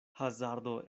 hazardo